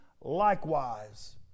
likewise